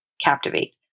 Captivate